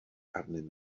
arnyn